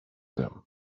them